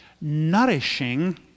nourishing